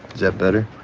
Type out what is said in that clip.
is it better,